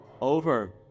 Over